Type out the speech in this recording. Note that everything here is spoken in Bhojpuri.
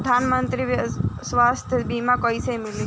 प्रधानमंत्री स्वास्थ्य बीमा कइसे मिली?